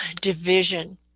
division